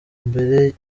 mbere